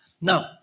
Now